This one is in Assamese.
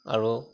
আৰু